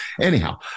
Anyhow